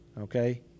okay